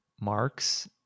marks